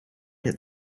had